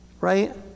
right